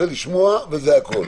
אבל לא עכשיו.